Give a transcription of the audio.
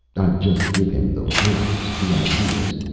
i'd just give him the words, the ideas.